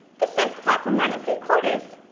this says platform nine and three quarters.